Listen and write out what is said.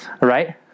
right